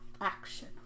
action